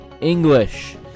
English